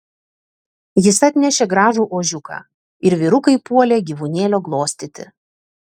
jis atnešė gražų ožiuką ir vyrukai puolė gyvūnėlio glostyti